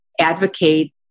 advocate